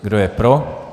Kdo je pro?